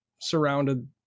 surrounded